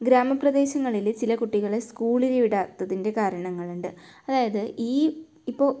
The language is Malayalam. ഗ്രാമപ്രദേശങ്ങളിൽ ചില കുട്ടികളെ സ്കൂളിൽ വിടാത്തതിൻ്റെ കാരണങ്ങളുണ്ട് അതായത് ഈ ഇപ്പോൾ